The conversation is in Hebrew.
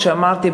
כשאמרתי,